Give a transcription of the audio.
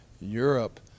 Europe